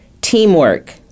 Teamwork